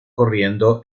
corriendo